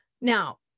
Now